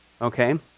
okay